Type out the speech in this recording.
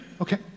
Okay